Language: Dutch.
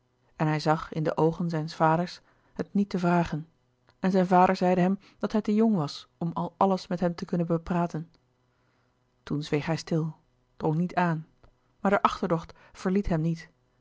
en hij zag in de oogen zijns vaders het niet te vragen en zijn vader zeide hem dat hij te jong was om al alles met hem te kunnen bepraten toen zweeg hij stil drong niet aan maar de achterdocht verliet hem niet